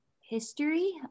history